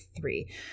three